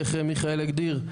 איך מיכאל הגדיר?